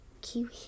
kiwi